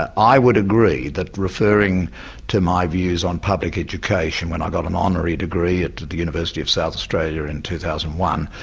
ah i would agree that referring to my views on public education when i got an honorary degree at the university of south australia in two thousand and one,